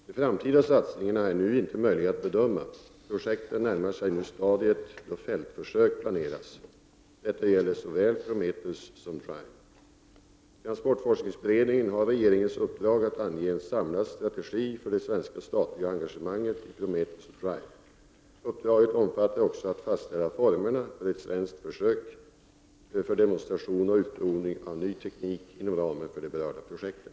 De framtida satsningarna är nu inte möjliga att bedöma. Projekten närmar sig det stadium då fältförsök planeras. Detta gäller såväl Prometheus som Drive. Transportforskningsberedningen har regeringens uppdrag att ange en samlad strategi för det svenska statliga engagemanget i Prometheus och Drive. Uppdraget omfattar också att fastställa formerna för ett svenskt försök för demonstration och utprovning av ny teknik inom ramen för de berörda projekten.